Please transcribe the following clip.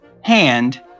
hand